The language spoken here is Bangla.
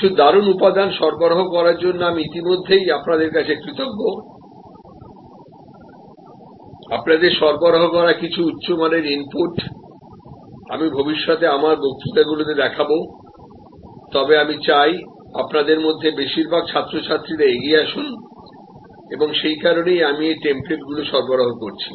কিছু দারুণ উপাদান সরবরাহ করার জন্য আমি ইতিমধ্যেই আপনাদের কাছে কৃতজ্ঞ আপনাদের সরবরাহ করা কিছু উচ্চমানের ইনপুট আমি ভবিষ্যতে আমার বক্তৃতাগুলিতে দেখাবো তবে আমি চাই আপনাদের মধ্যে বেশিরভাগ ছাত্রছাত্রীরা এগিয়ে আসুন এবং সে কারণেই আমি এই টেমপ্লেটগুলি সরবরাহ করছি